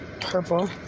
purple